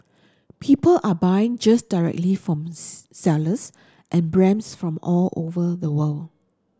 people are buying just directly from sellers and brands from all over the world